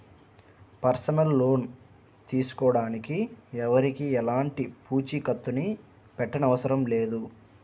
personal loan తీసుకోడానికి ఎవరికీ ఎలాంటి పూచీకత్తుని పెట్టనవసరం లేదు